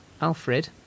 Alfred